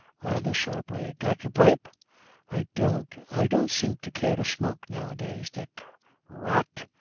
rather sharply, got your pipe i don't i don't seem to care to smoke nowadays, dick rot!